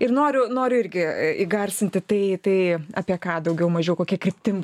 ir noriu noriu irgi įgarsinti tai tai apie ką daugiau mažiau kokia kryptim